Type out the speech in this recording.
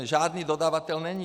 Žádný dodavatel není.